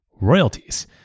royalties